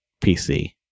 pc